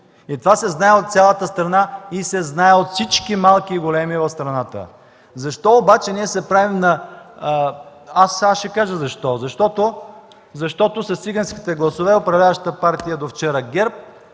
И това се знае от цялата страна и се знае от всички малки и големи в страната. Защо обаче ние се правим на...? Аз ще кажа защо. Защото с циганските гласове управляващата до вчера